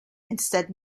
instead